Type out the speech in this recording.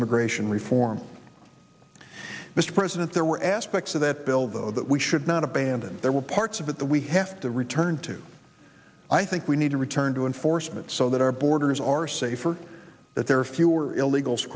immigration reform mr president there were aspects of that bill though that we should not abandon there were parts of it that we have to return to i think we need to return to enforcement so that our borders are safer that there are fewer illegals